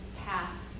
path